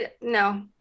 no